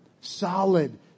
solid